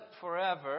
forever